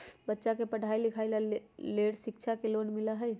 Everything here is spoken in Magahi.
बच्चा के पढ़ाई के लेर शिक्षा लोन मिलहई?